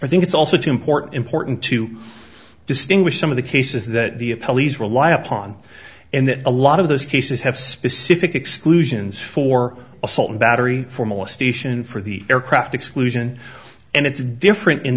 i think it's also too important important to distinguish some of the cases that the police rely upon and that a lot of those cases have specific exclusions for assault and battery formula station for the aircraft exclusion and it's different in